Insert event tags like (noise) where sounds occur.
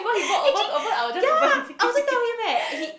(breath) actually ya I also tell him eh he